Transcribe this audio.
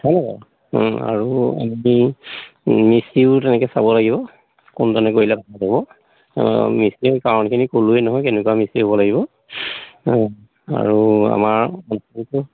হয়নে বাৰু আমি মিস্ত্ৰীও তেনেকৈ চাব লাগিব কোনজনে কৰিলে ভাল হ'ব মিস্ত্ৰী কাৰণখিনি ক'লোৱেই নহয় কেনেকুৱা মিস্ত্ৰী হ'ব লাগিব আৰু আমাৰ